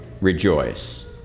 rejoice